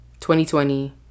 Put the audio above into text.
2020